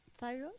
thyroid